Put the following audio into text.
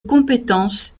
compétence